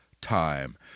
time